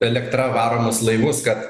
elektra varomus laivus kad